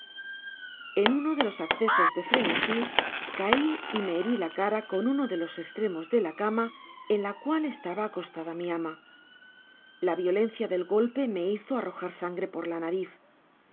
en uno de los accesos de frenesi cai y me heri la cara con uno de los estremos de la cama en ia cual estaba acostada mi ama la violencia del golpe me hizo arrojar sangre por la nariz el